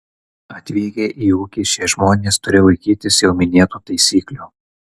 atvykę į ūkį šie žmonės turi laikytis jau minėtų taisyklių